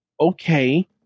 okay